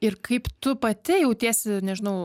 ir kaip tu pati jautiesi nežinau